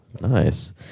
Nice